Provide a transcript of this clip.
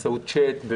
צ'ט,